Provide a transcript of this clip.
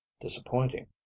disappointing